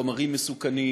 חומרים מסוכנים